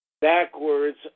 backwards